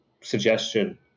suggestion